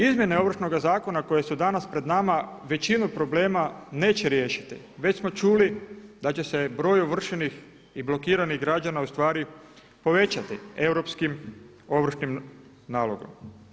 Izmjene Ovršnoga zakona koje su danas pred nama većinu problema neće riješiti već smo čuli da će se broj ovršenih i blokiranih građana ustvari povećati europskim ovršnim nalogom.